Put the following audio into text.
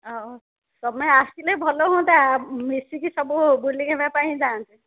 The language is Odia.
ଆଉ ତୁମେ ଆସିଲେ ଭଲ ହୁଅନ୍ତା ମିଶିକି ସବୁ ବୁଲିବା ପାଇଁ ଯାଆନ୍ତେ